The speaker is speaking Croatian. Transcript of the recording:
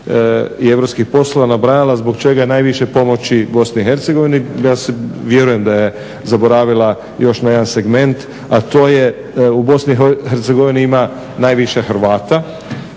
i europskih poslova nabrajala zbog čega je najviše pomoći BiH. Ja vjerujem da je zaboravila još na jedan segment, a to je u Bosni i Hercegovini ima najviše Hrvata